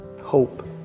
hope